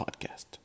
podcast